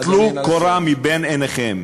אז טלו קורה מבין עיניכם.